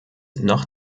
noch